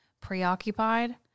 preoccupied